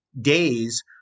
days